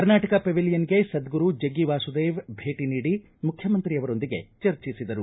ಕರ್ನಾಟಕ ಪೆವಿಲಿಯನ್ಗೆ ಸದ್ಗುರು ಜಗ್ಗಿ ವಾಸುದೇವ್ ಭೇಟ ನೀಡಿ ಮುಖ್ಯಮಂತ್ರಿಯವರೊಂದಿಗೆ ಚರ್ಚಿಸಿದರು